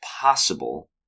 possible